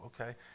okay